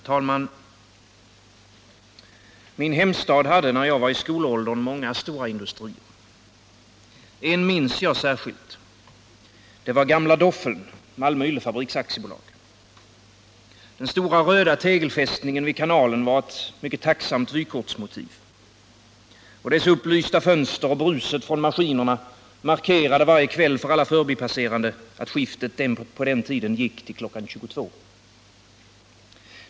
Herr talman! Min hemstad Malmö hade, när jag var i skolåldern, många stora industrier. En minns jag särskilt. Det var gamla ”Doffeln”, Malmö Yllefabriks AB. Den röda tegelfästningen vid kanalen var ett tacksamt vykortsmotiv. Dess upplysta fönster och bruset från maskinerna markerade varje kväll för alla förbipasserande, att skiftet på den tiden gick till kl. 22.00.